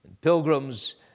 Pilgrims